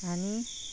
आनी